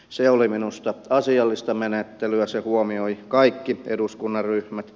se oli minusta asiallista menettelyä se huomioi kaikki eduskuntaryhmät